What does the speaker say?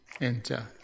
enter